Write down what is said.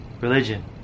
religion